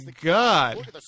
god